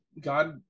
God